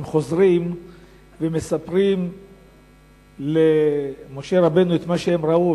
הם חוזרים ומספרים למשה רבנו את מה שהם ראו,